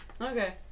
Okay